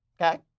okay